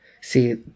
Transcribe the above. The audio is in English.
See